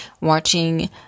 watching